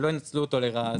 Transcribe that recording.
שלא ינצלו אותו לרעה.